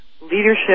leadership